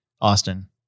Austin